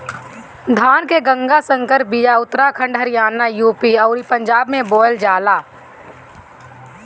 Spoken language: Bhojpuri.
धान के गंगा संकर बिया उत्तराखंड हरियाणा, यू.पी अउरी पंजाब में बोअल जाला